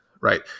right